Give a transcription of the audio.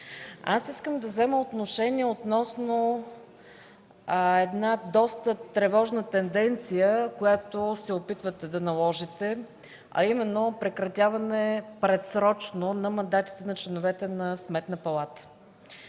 Искам да взема отношение относно доста тревожната тенденция, която се опитвате да наложите, а именно предсрочно прекратяване на мандатите на членовете на Сметната палата